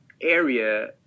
area